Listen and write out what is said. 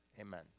Amen